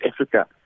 Africa